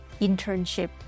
internship